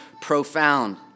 profound